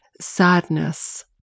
sadness